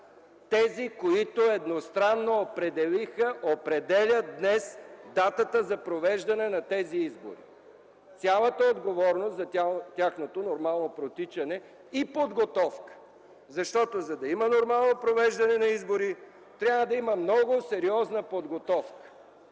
които определят днес датата за провеждане на тези избори. Тяхна е отговорността за нормалното им протичане и подготовка! Защото за да има нормално провеждане на избори, трябва да има много сериозна подготовка!